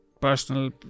personal